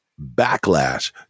backlash